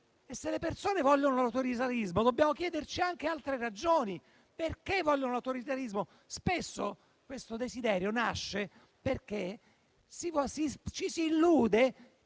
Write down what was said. Se le persone vogliono loro autoritarismo, dobbiamo chiederci anche altre ragioni: perché vogliono l'autoritarismo? Spesso questo desiderio nasce perché ci si illude